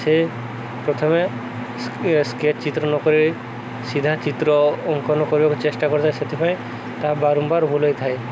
ସେ ପ୍ରଥମେ ସ୍କେଚ୍ ଚିତ୍ର ନକରି ସିଧା ଚିତ୍ର ଅଙ୍କନ କରିବାକୁ ଚେଷ୍ଟା କରିଥାଏ ସେଥିପାଇଁ ତାହା ବାରମ୍ବାର ଭୁଲ୍ ହେଇଥାଏ